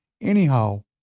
Anyhow